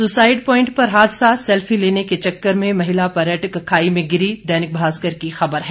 suicide point पर हादसा selfie लेने के चक्कर में महिला पर्यटक खाई में गिरी दैनिक भास्कर की खबर है